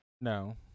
No